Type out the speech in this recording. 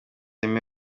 aime